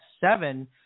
seven